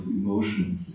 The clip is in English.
emotions